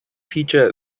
feature